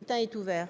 scrutin est ouvert.